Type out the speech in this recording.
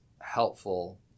helpful